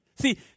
See